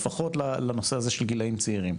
לפחות לנושא הזה של גילאים צעירים.